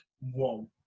whoa